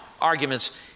arguments